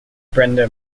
brenda